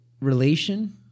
relation